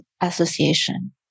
Association